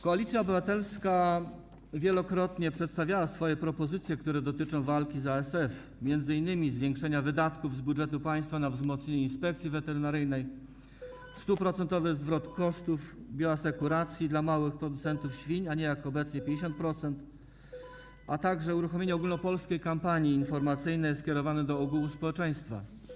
Koalicja Obywatelska wielokrotnie przedstawiała swoje propozycje, które dotyczą walki z ASF, m.in. zwiększenia wydatków z budżetu państwa na wzmocnienie inspekcji weterynaryjnej, stuprocentowy zwrot kosztów bioasekuracji dla małych producentów świń, a nie jak obecnie w wysokości 50%, a także uruchomienie ogólnopolskiej kampanii informacyjnej skierowanej do ogółu społeczeństwa.